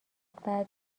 بعد